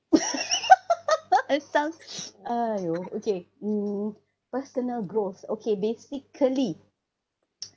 it sounds !aiyo! okay mm personal growth okay basically ca~